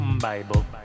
Bible